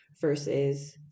versus